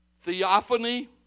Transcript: theophany